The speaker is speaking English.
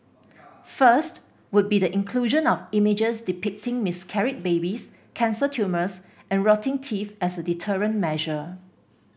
first would be the inclusion of images depicting miscarried babies cancer tumours and rotting teeth as a deterrent measure